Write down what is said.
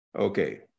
okay